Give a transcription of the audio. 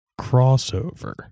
crossover